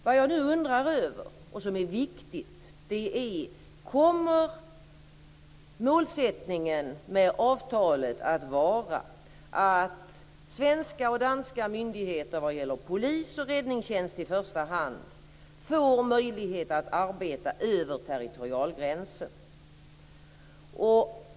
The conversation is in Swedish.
Vad jag nu undrar över, och vad som är viktigt, är: Kommer målsättningen med avtalet att vara att svenska och danska myndigheter, i första hand polis och räddningstjänst, får möjlighet att arbeta över territorialgränsen?